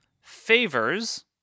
favors